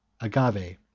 Agave